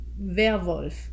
werwolf